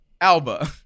Alba